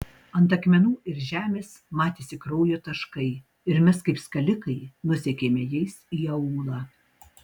ant akmenų ir žemės matėsi kraujo taškai ir mes kaip skalikai nusekėme jais į aūlą